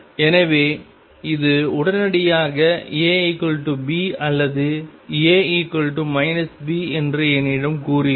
எனவே இது உடனடியாக ABஅல்லது A B என்று என்னிடம் கூறுகிறது